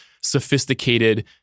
sophisticated